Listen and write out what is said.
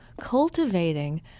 cultivating